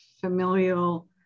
familial